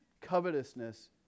Covetousness